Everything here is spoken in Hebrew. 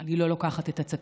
אני לא לוקחת את עצתו.